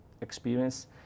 experience